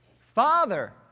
Father